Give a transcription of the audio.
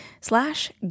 slash